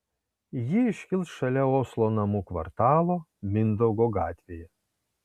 ji iškils šalia oslo namų kvartalo mindaugo gatvėje